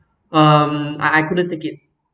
um I I couldn't take it